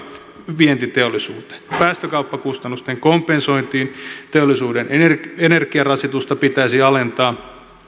vientiteollisuuteen päästökauppakustannusten kompensointiin teollisuuden energiarasitusta pitäisi alentaa